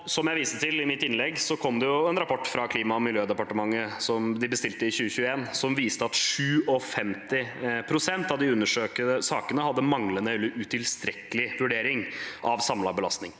Som jeg viste til i mitt innlegg, kom det en rapport fra Klima- og miljødepartementet, som de bestilte i 2021, som viste at 57 pst. av de undersøkte sakene hadde manglende eller utilstrekkelig vurdering av samlet belastning,